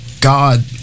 God